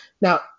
Now